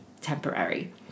temporary